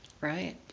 Right